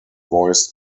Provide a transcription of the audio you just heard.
voiced